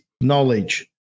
knowledge